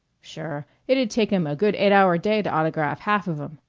sure. it'd take em a good eight-hour day to autograph half of em.